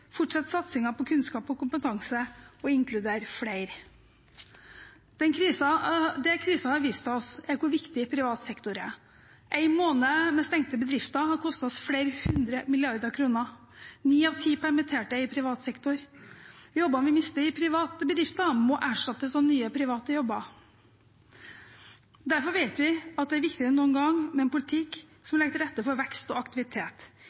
på kunnskap og kompetanse og inkludere flere. Det krisen har vist oss, er hvor viktig privat sektor er. En måned med stengte bedrifter har kostet oss flere hundre milliarder kroner. Ni av ti permitterte er i privat sektor. Jobbene vi mister i private bedrifter, må erstattes av nye private jobber. Derfor vet vi at det er viktigere enn noen gang med en politikk som legger til rette for vekst og aktivitet